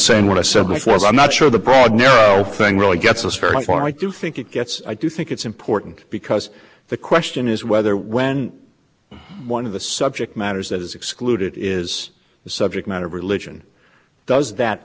saying what i said which was i'm not sure the broad narrow thing really gets us very far i do think it gets i do think it's important because the question is whether when one of the subject matters that is excluded is the subject matter of religion does that